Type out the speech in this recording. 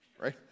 right